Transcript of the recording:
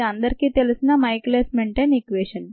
ఇది అందరికీ తెలిసిన మైకేలిస్ మెన్టెన్ ఈక్వేషన్